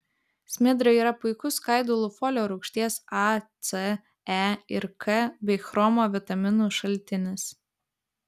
smidrai yra puikus skaidulų folio rūgšties a c e ir k bei chromo vitaminų šaltinis